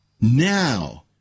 Now